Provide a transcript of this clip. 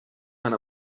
man